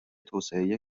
توسعه